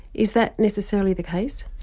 is that necessarily the case?